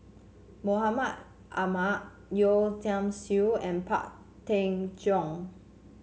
Mahmud Ahmad Yeo Tiam Siew and Pang Teck Joon